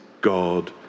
God